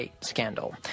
scandal